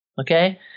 Okay